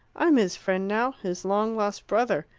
i'm his friend now his long-lost brother.